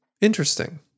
Interesting